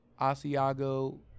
Asiago